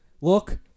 Look